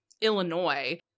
Illinois